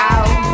Out